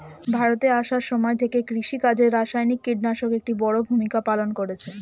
ভারতে আসার সময় থেকে কৃষিকাজে রাসায়নিক কিটনাশক একটি বড়ো ভূমিকা পালন করেছে